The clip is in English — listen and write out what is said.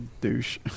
douche